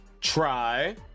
try